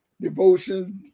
Devotion